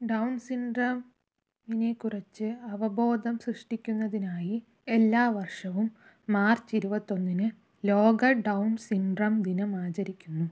down സിൻഡ്രോമിനെക്കുറിച്ച് അവബോധം സൃഷ്ടിക്കുന്നതിനായി എല്ലാ വർഷവും മാർച്ച് ഇരുപത്തിയൊന്നിന് ലോക ഡൗൺ സിൻഡ്രോം ദിനം ആചരിക്കുന്നു